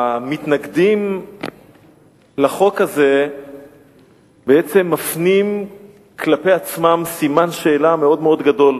המתנגדים לחוק הזה בעצם מפנים כלפי עצמם סימן שאלה מאוד מאוד גדול: